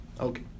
Okay